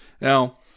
Now